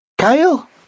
Kyle